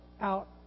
out